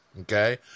okay